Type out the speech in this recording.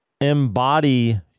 embody